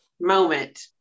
moment